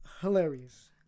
Hilarious